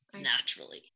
naturally